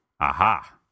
Aha